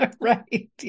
Right